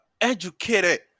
educated